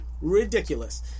ridiculous